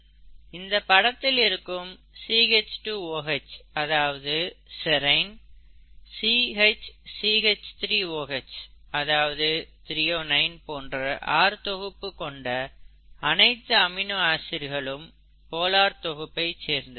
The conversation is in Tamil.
இந்த படத்தில் இருக்கும் CH2OH அதாவது செரைன் CH CH3OH அதாவது திரியோனைன் போன்ற R தொகுப்பு கொண்ட அனைத்து அமினோ ஆசிட்களும் போலார் தொகுப்பை சேர்ந்தது